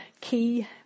key